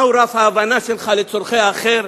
מה הוא רף ההבנה שלך לצורכי האחר.